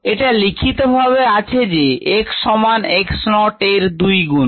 এটা লিখিতভাবে আছে যে x সমান x naught এর দুই গুণ